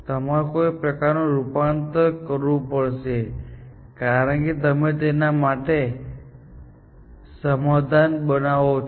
તમારે કોઈ પ્રકારનું રૂપાંતરણ કરવું પડશે કારણ કે તમે તેના માટે સમાધાન બનાવો છો